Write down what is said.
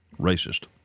racist